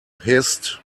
hissed